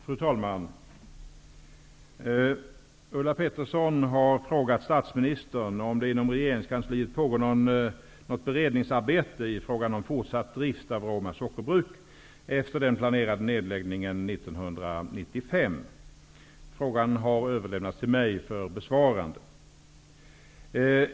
Fru talman! Ulla Pettersson har frågat statsministern om det inom regeringskansliet pågår något beredningsarbete i fråga om fortsatt drift av Roma sockerbruk efter den planerade nedläggningen år 1995. Frågan har överlämnats till mig för besvarande.